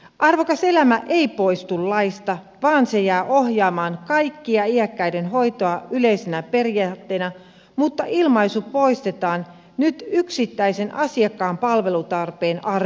arvokas elämä ei poistu laista vaan se jää ohjaamaan kaikkea iäkkäiden hoitoa yleisenä periaatteena mutta ilmaisu poistetaan nyt yksittäisen asiakkaan palvelutarpeen arvioinnista